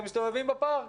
הם מסתובבים ברחובות